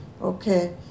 Okay